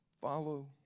Follow